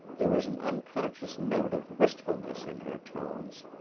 there was an unconscious note of wistfulness in her tones.